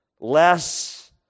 less